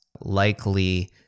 likely